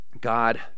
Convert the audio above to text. God